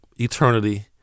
eternity